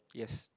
yes